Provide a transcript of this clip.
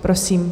Prosím.